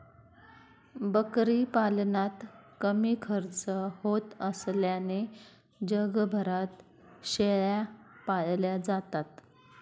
बकरी पालनात कमी खर्च होत असल्याने जगभरात शेळ्या पाळल्या जातात